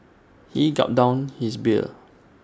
he gulped down his beer